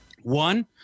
One